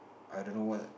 I don't know what